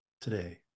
today